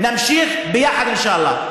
נמשיך ביחד, אינשאללה.